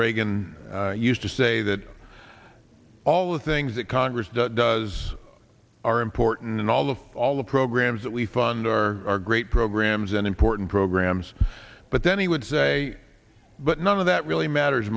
reagan used to say that all the things that congress does are important in all of all the programs that we fund our great programs and important programs but then he would say but none of that really matters